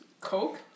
Coke